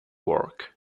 work